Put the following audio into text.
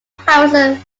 harrison